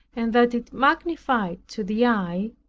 and that it magnified to the eye,